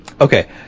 Okay